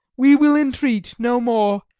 we will entreat no more.